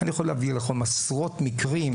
אני יכול להביא לכם עשרות מקרים,